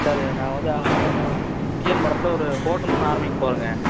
sir நான் வந்து TN பாளைத்துல ஒரு ஹோட்டல் ஒன்று ஆரமிக்க போகிறேங்க